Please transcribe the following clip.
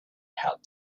had